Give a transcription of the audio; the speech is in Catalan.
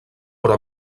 però